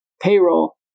payroll